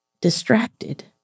distracted